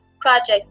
project